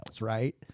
right